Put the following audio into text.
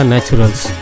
Naturals